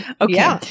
Okay